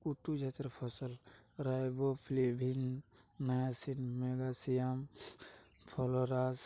কুট্টু জাতের ফসল riboflavin, niacin, magnesium, phosphorus,